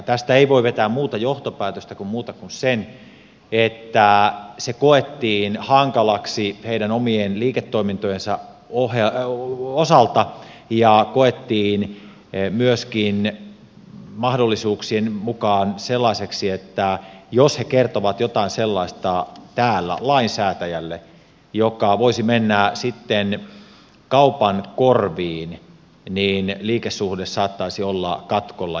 tästä ei voi vetää muuta johtopäätöstä kuin sen että se koettiin hankalaksi heidän omien liiketoimintojensa osalta ja koettiin myöskin mahdollisuuksien mukaan sellaiseksi että jos he kertovat täällä jotain sellaista lainsäätäjälle joka voisi mennä sitten kaupan korviin niin liikesuhde saattaisi olla katkolla